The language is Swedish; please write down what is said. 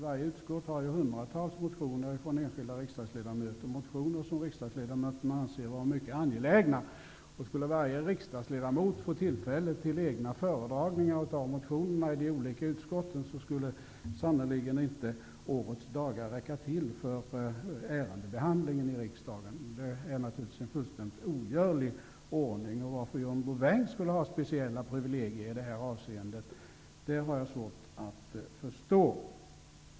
Varje utskott har ju hundratals motioner från enskilda riksdagsledamöter, motioner som de anser vara mycket angelägna. Om varje riksdagsledamot skulle få tillfälle till egna föredragningar av sina motioner i de olika utskotten skulle sannerligen inte årets dagar räcka till för ärendebehandlingen i riksdagen. Det är naturligtvis en fullständigt ogörlig ordning. Varför just John Bouvin skulle få speciella privilegier i det här avseendet har jag svårt att förstå.